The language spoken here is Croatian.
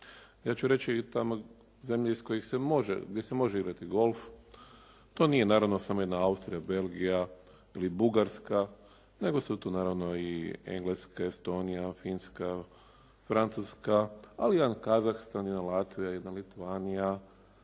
Ja ću reći tamo zemlje iz kojih se može gdje se može igrati golf, to nije naravno samo jedna Austrija, Belgija ili Bugarska, neto su to naravno i Engleska, Estonija, Finska, Francuska, ali jedan Kazahstan, Latvija jedna Litvanija,